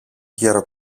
γερο